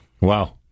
Wow